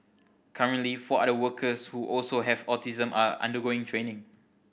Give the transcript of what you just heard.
currently four other workers who also have autism are undergoing training